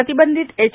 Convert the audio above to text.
प्रतिबंधित एच